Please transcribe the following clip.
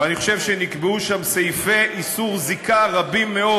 ואני חושב שנקבעו שם סעיפי איסור זיקה רבים מאוד,